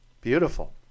Beautiful